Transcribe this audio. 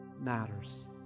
matters